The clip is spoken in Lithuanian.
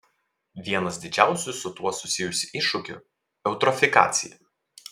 vienas didžiausių su tuo susijusių iššūkių eutrofikacija